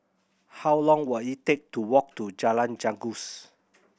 how long will it take to walk to Jalan Janggus